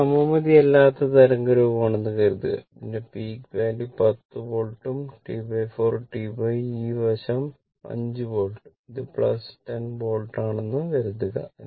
ഇത് സമമിതിയില്ലാത്ത തരംഗരൂപമാണെന്ന് കരുതുക ഇതിന്റെ പീക്ക് വാല്യൂ 10 വോൾട്ടും T4 Tഉം ഈ വശവും 5 വോൾട്ട് ഇത് 10 വോൾട്ട് ആണെന്ന് കരുതുക